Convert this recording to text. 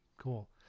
cool